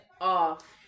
off